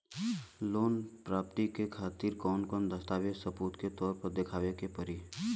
Loan प्राप्ति के खातिर कौन कौन दस्तावेज सबूत के तौर पर देखावे परी?